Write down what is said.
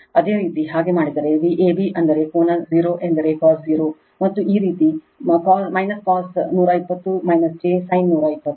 ಅದೇ ರೀತಿ ಹಾಗೆ ಮಾಡಿದರೆ Vab ಅಂದರೆ ಕೋನ 0 ಎಂದರೆ cos 0 ಮತ್ತು ಈ ರೀತಿಯ cos 120 j sin 120 o